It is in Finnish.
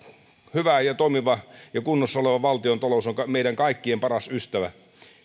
hyvä ja toimiva ja kunnossa oleva valtiontalous on meidän kaikkien paras ystävä